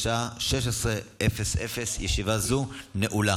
בשעה 16:00. ישיבה זו נעולה.